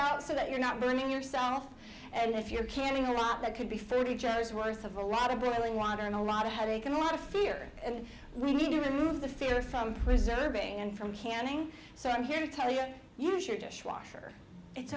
out so that you're not burning yourself and if you're carrying a lot that could be food be joe's worth of a rather boiling water and a lot of headache and a lot of fear and we need to remove the fear from preserving and from canning so i'm here to tell you use your dishwasher it's